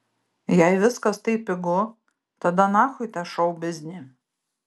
jei viskas taip pigu tada nachui tą šou biznį